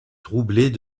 troublée